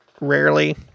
rarely –